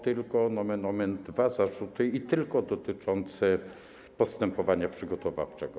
Tylko, nomen omen, dwa zarzuty i tylko dotyczące postępowania przygotowawczego.